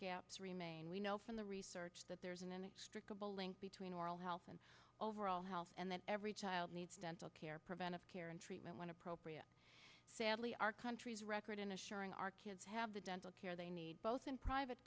gaps remain we know from the research that there is an extra couple link between oral health and overall health and that every child needs dental care preventive care and treatment when appropriate sadly our country's record in assuring our kids have the dental care they need both in private